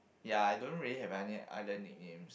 ya I don't really have any other nicknames